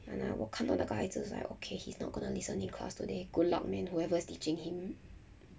!hanna! 我看到那个孩子 so I okay he's not gonna listen in class today good luck man whoever is teaching him